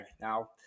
Now